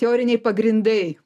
teoriniai pagrindai